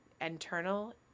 Internal